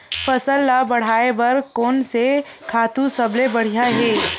फसल ला बढ़ाए बर कोन से खातु सबले बढ़िया हे?